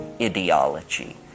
ideology